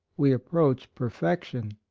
we approach perfection.